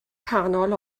canol